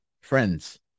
friends